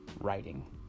writing